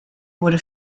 wurde